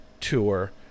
tour